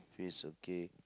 face okay